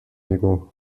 ego